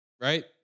Right